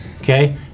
okay